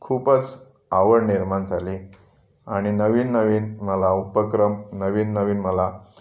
खूपच आवड निर्माण झाली आणि नवीन नवीन मला उपक्रम नवीन नवीन मला